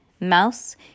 Mouse